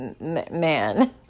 man